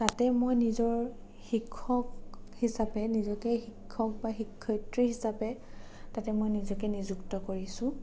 তাতে মই নিজৰ শিক্ষক হিচাপে নিজকে শিক্ষক বা শিক্ষয়িত্ৰী হিচাপে তাতে মই নিজকে নিযুক্ত কৰিছোঁ